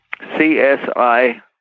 CSI